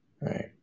right